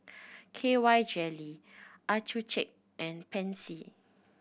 K Y Jelly Accucheck and Pansy